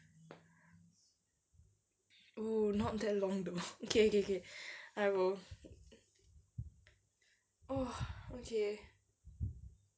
oo not that long though okay okay okay I will oh okay